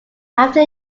after